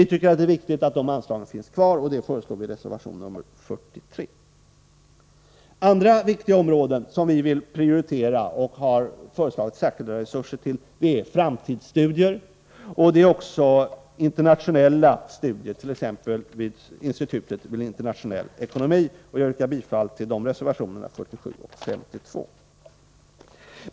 Det är viktigt att anslagen finns kvar, och det föreslår vi i reservation 43. Andra viktiga områden som vi vill prioritera och har föreslagit särskilda resurser till är framtidsstudier och internationella studier, t.ex. vid Institutet för internationell ekonomi. Jag yrkar bifall till de reservationerna, nr 47 och 52.